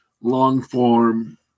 long-form